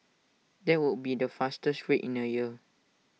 that would be the fastest rate in A year